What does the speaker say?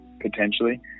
potentially